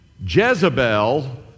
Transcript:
Jezebel